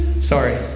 Sorry